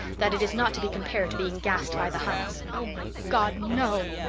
that it is not to be compared to being gassed by the huns. oh, my god, no!